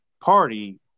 party